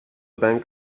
bank